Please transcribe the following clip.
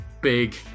big